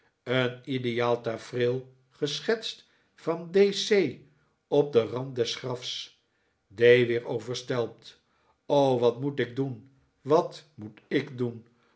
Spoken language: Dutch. een ideaal tafereel geschetst van d c op den rand des grafs d weer overstelpt wat moet ik doen wat moet ik doen